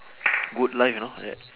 good life you know like that